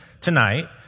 tonight